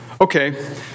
Okay